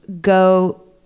go